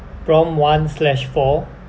prompt one slash four